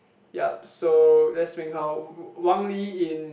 yup so that's Meng-Hao Wang-Lee in